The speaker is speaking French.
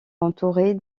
entourée